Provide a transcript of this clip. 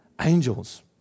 angels